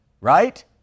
Right